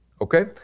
okay